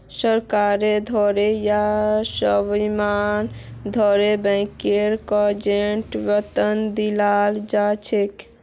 सरकारेर द्वारे या स्वामीर द्वारे बैंकिंग एजेंटक वेतन दियाल जा छेक